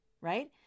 Right